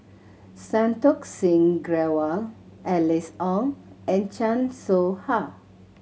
Santokh Singh Grewal Alice Ong and Chan Soh Ha